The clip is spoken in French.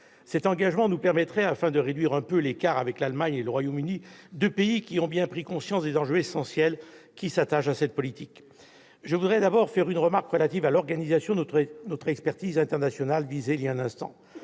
Cet engagement nous permettrait enfin de réduire un peu l'écart avec l'Allemagne et le Royaume-Uni, deux pays qui ont bien pris conscience des enjeux essentiels qui s'attachent à cette politique. Je veux d'abord faire une remarque relative à l'organisation de notre expertise internationale. La rationalisation